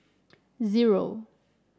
zero